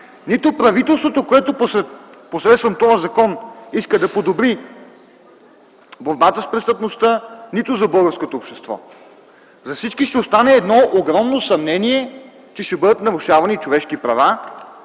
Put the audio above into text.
нито правителството, което посредством тоя закон иска да подобри борбата с престъпността, нито за българското общество. За всички ще остане едно огромно съмнение, че ще бъдат нарушавани човешки права